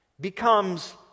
becomes